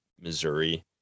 Missouri